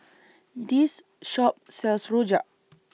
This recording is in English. This Shop sells Rojak